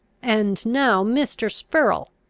and now, mr. spurrel!